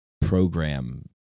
program